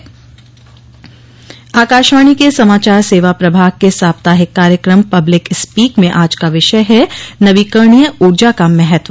public speak Akashvani के समाचार सेवा प्रभाग के साप्ताहिक कार्यक्रम पब्लिक स्पीक में आज का विषय है नवीकरणीय ऊर्जा का महत्व